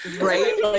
Right